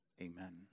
Amen